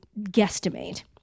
guesstimate